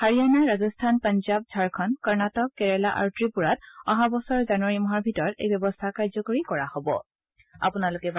হাৰিয়ানা ৰাজস্থান পাঞ্জাৱ ঝাৰখণু কৰ্ণাটক কেৰালা আৰু ত্ৰিপুৰাত অহা বছৰ জানুৱাৰী মাহৰ ভিতৰত এই ব্যৱস্থা কাৰ্যকৰী কৰা হ'ব